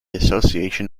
association